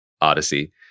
odyssey